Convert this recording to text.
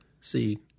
See